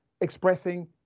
expressing